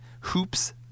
hoops